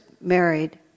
married